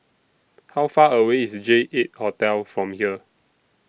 How Far away IS J eight Hotel from here